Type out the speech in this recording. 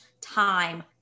time